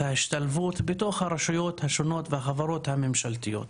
ההשתלבות בתוך הרשויות השונות והחברות הממשלתיות.